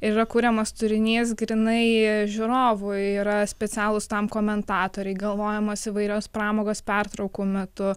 yra kuriamas turinys grynai žiūrovų yra specialūs tam komentatoriai galvojamos įvairios pramogos pertraukų metu